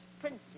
printing